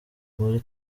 muri